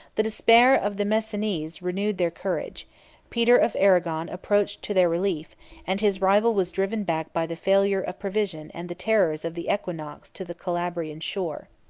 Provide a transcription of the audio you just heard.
the despair of the messinese renewed their courage peter of arragon approached to their relief and his rival was driven back by the failure of provision and the terrors of the equinox to the calabrian shore.